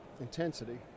intensity